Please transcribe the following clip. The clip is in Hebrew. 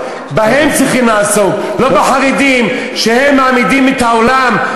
שמעת, ואני יודע מה שמדברים בעולם.